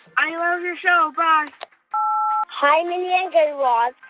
i love your show. bye um hi, mindy and guy raz.